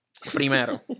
Primero